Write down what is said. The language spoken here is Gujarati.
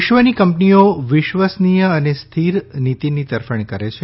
વિશ્વની કંપનીઓ વિશ્વસનીય અને સ્થિર નીતીની તરફેણ કરે છે